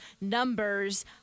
numbers